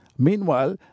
Meanwhile